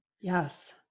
Yes